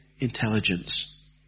intelligence